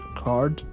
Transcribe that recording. card